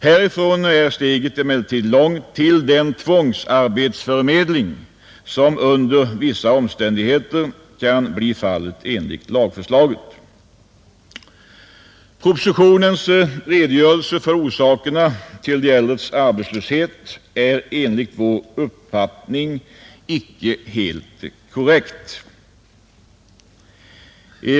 Härifrån är steget ermellertid långt till den tvångsarbetsförmedling som under vissa omständigheter kan bli fallet enligt lagförslaget. Propositionens redogörelse för orsakerna till de äldres arbetslöshet är enligt vår uppfattning icke helt korrekt.